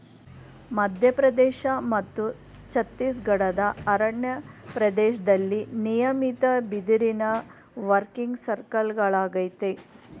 ಮಧ್ಯಪ್ರದೇಶ ಮತ್ತು ಛತ್ತೀಸ್ಗಢದ ಅರಣ್ಯ ಪ್ರದೇಶ್ದಲ್ಲಿ ನಿಯಮಿತ ಬಿದಿರಿನ ವರ್ಕಿಂಗ್ ಸರ್ಕಲ್ಗಳಯ್ತೆ